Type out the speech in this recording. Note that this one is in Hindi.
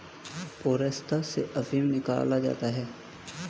पोस्ता से अफीम निकाला जाता है